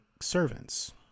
servants